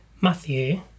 Matthew